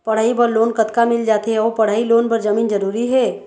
पढ़ई बर लोन कतका मिल जाथे अऊ पढ़ई लोन बर जमीन जरूरी हे?